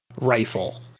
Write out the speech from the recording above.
rifle